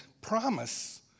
promise